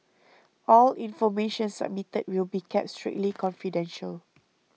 all information submitted will be kept strictly confidential